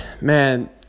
man